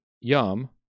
yum